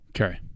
Okay